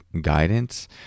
guidance